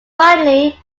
finally